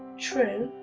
true.